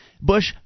Bush